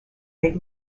they